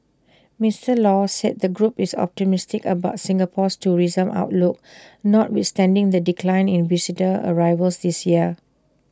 Mister law said the group is optimistic about Singapore's tourism outlook notwithstanding the decline in visitor arrivals this year